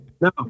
No